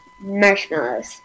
Marshmallows